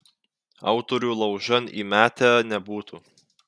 autorių laužan įmetę nebūtų